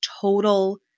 total